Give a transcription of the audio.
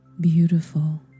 beautiful